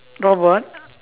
robot